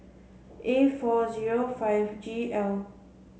A four zero five G L